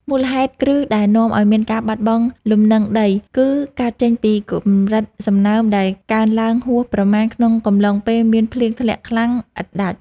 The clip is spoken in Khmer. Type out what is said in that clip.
មូលហេតុគ្រឹះដែលនាំឱ្យមានការបាត់បង់លំនឹងដី គឺកើតចេញពីកម្រិតសំណើមដែលកើនឡើងហួសប្រមាណក្នុងកំឡុងពេលមានភ្លៀងធ្លាក់ខ្លាំងឥតដាច់។